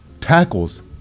tackles